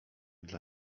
dla